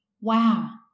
Wow